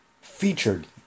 featured